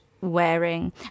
wearing